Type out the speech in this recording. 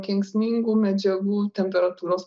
kenksmingų medžiagų temperatūros